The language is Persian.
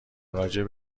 راجع